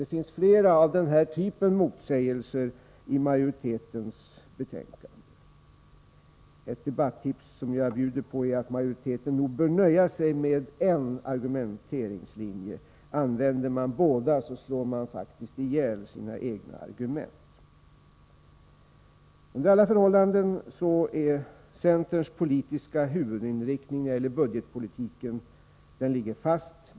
Det finns flera motsägelser av den här typen i majoritetens betänkande. Ett debattips som jag bjuder på är att majoriteten nog bör nöja sig med endera argumenteringslinjen. Använder man båda slår man faktiskt ihjäl sina egna argument. Under alla förhållanden ligger centerns politiska huvudinriktning när det gäller budgetpolitiken fast.